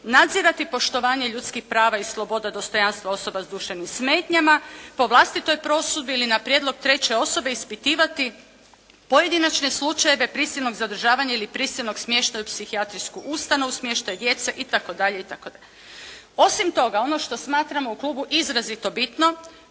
nadzirati poštovanje ljudskih prava i sloboda dostojanstva osoba s duševnim smetnjama, po vlastitoj prosudbi ili na prijedlog treće osobe ispitivati pojedinačne slučajeve prisilnog zadržavanja ili prisilnog smještaja u psihijatrijsku ustanovu, smještaj djece itd. Osim toga, ono što smatramo u klubu izrazito bitno